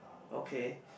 okay